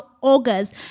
August